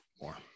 more